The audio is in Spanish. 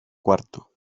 cuarto